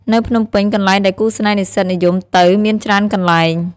នៅភ្នំពេញ កន្លែងដែលគូស្នេហ៍និស្សិតនិយមទៅមានច្រើនកន្លែង។